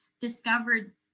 discovered